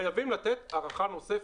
חייבים לתת הארכה נוספת.